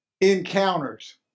encounters